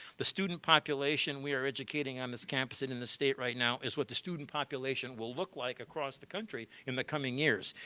the student population we are educating on this campus and in the state right now is what the student population will look like across the country in the coming years.